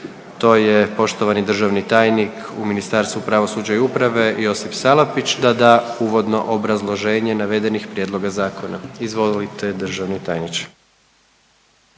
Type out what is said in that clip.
to je poštovani državni tajnik u Ministarstvu pravosuđa i uprave Josip Salapić da da uvodno obrazloženje navedenih prijedloga zakona. Izvolite državni tajniče.